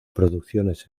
producciones